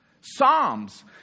Psalms